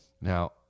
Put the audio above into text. Now